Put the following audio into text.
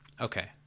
Okay